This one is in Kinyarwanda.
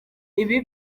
ibi